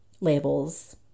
labels